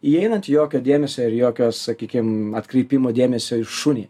įeinant jokio dėmesio ir jokio sakykim atkreipimo dėmesio į šunį